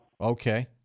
Okay